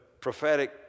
prophetic